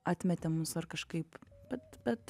atmetė mus ar kažkaip bet bet